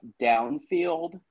downfield